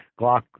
Glock